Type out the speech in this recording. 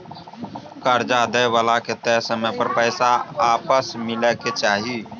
कर्जा दइ बला के तय समय पर पैसा आपस मिलइ के चाही